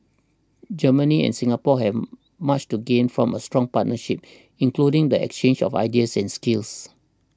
Germany and Singapore have much to gain from a strong partnership including the exchange of ideas and skills